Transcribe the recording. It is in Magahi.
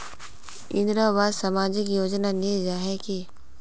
इंदरावास सामाजिक योजना नी जाहा की?